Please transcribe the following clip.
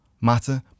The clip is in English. matter